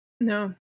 No